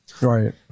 Right